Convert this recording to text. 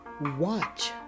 Watch